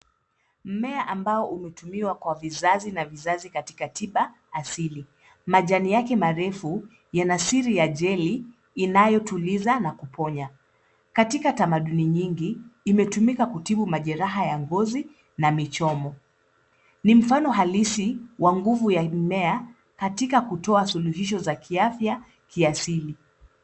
Mmea ambao unatumia kwa visasi na visasi katika tiba asili. Majani yake marefu yanasiri ya jeli inayotuliza na kuponya. Katika tamaduni nyingi, imetumika kutibu majeraha ya ngozi na michomo. Ni mfano halisi wa nguvu ya mimea katika kutoa suluhisho za kiafya kiasili.